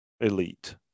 elite